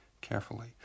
carefully